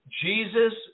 Jesus